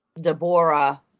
deborah